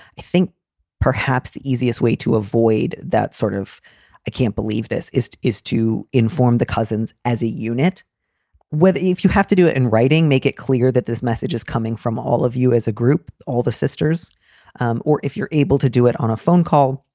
i think perhaps the easiest way to avoid that sort of i can't believe this is is to inform the cousins as a unit with if you have to do it in writing, make it clear that this message is coming from all of you as a group. all the sisters um or if you're able to do it on a phone call,